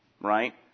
Right